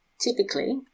typically